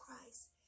Christ